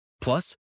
Plus